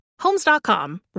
Homes.com